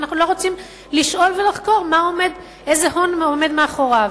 ואנחנו גם לא רוצים לשאול ולחקור איזה הון עומד מאחוריו.